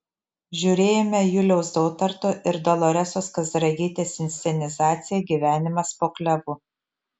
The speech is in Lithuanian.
žiūrėjome juliaus dautarto ir doloresos kazragytės inscenizaciją gyvenimas po klevu